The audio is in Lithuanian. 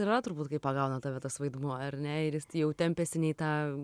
yra turbūt kai pagauna tave tas vaidmuo ar ne ir jis jau tempiasi ne į tą